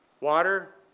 Water